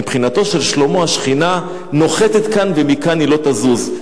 מבחינתו של שלמה השכינה נוחתת כאן ומכאן היא לא תזוז.